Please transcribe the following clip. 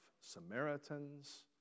Samaritans